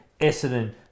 Essendon